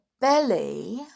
belly